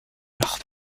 noch